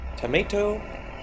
Tomato